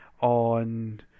on